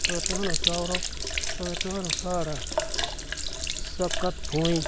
Soka itɔɔ tɔrok, soka itɔɔ tɔrha, soka utɔnyi,